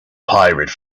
pirate